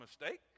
mistake